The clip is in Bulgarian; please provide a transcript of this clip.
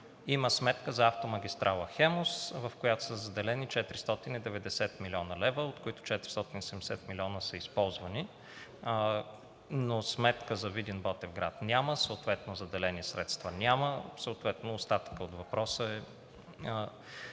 Има сметка за автомагистрала „Хемус“, в която са заделени 490 млн. лв., от които 470 млн. лв. са използвани. Но сметка за Видин – Ботевград няма, съответно заделени средства няма, съответно